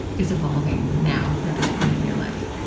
is evolving now, at this point in your life